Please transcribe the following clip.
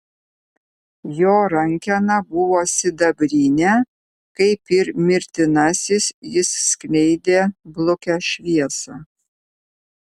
jo rankena buvo sidabrinė kaip ir mirtinasis jis skleidė blukią šviesą